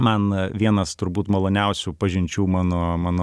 man vienas turbūt maloniausių pažinčių mano mano